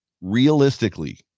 Realistically